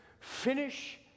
finish